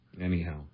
Anyhow